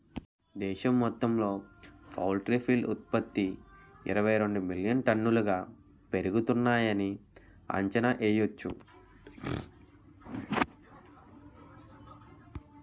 దేశం మొత్తంలో poultry feed ఉత్త్పతి ఇరవైరెండు మిలియన్ టన్నులుగా పెరుగుతున్నాయని అంచనా యెయ్యొచ్చు